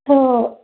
హ